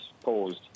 paused